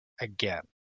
again